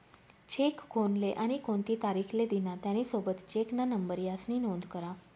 check कोनले आणि कोणती तारीख ले दिना, त्यानी सोबत चेकना नंबर यास्नी नोंद करा